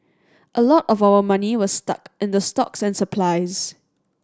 a lot of our money was stuck in the stocks and supplies